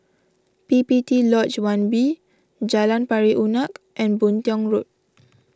P P T Lodge one B Jalan Pari Unak and Boon Tiong Road